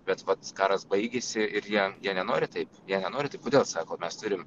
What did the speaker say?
bet vat karas baigėsi ir jie jie nenori taip jei nenori taip kodėl sako mes turim